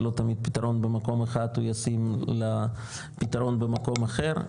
זה לא תמיד פתרון במקום אחד הוא ישים לפתרון במקום אחר,